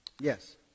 Yes